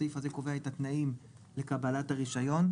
הסעיף הזה קובע את התנאים לקבלת הרישיון,